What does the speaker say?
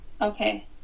Okay